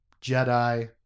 Jedi